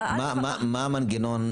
מה המנגנון,